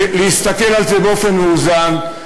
להסתכל על זה באופן מאוזן,